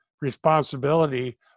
responsibility